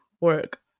work